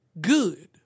good